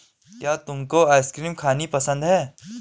क्या तुमको आइसक्रीम खानी पसंद है?